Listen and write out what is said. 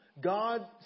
God